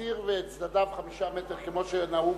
הציר וצדדיו, 5 מטר כמו שנהוג